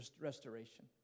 restoration